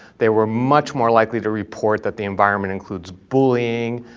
they were much more likely to report that the environment includes bullying,